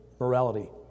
morality